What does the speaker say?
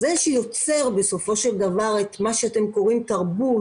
זה שיוצר בסופו של דבר את מה שאתם קוראים תרבות,